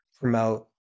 promote